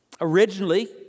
originally